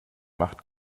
macht